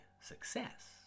success